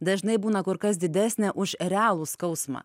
dažnai būna kur kas didesnė už realų skausmą